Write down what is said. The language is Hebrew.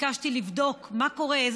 ביקשתי לבדוק מה קורה,